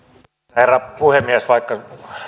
herra puhemies vaikka